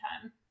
time